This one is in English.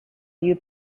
you